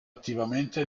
attivamente